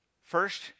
first